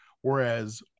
whereas